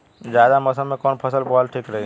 जायद मौसम में कउन फसल बोअल ठीक रहेला?